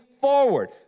forward